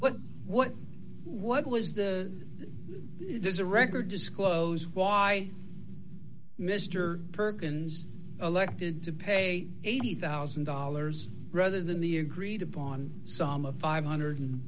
but what what was the there's a record disclose why mr perkins elected to pay eighty thousand dollars rather than the agreed upon sum of five hundred and